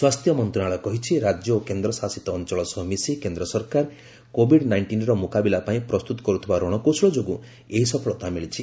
ସ୍ୱାସ୍ଥ୍ୟ ମନ୍ତ୍ରଣାଳୟ କହିଛି ରାଜ୍ୟ ଓ କେନ୍ଦ୍ରଶାସତ ଅଞ୍ଚଳ ସହ ମିଶି କେନ୍ଦ୍ର ସରକାର କୋବିଡ ନାଇଷ୍ଟିନର ମୁକାବିଲା ପାଇଁ ପ୍ରସ୍ତୁତ କରୁଥିବା ରଣକୌଶଳ ଯୋଗୁଁ ଏହି ସଫଳତା ମିଳିଛି